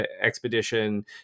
expedition